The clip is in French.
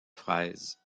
fraises